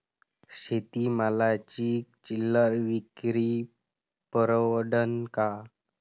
शेती मालाची चिल्लर विक्री परवडन का?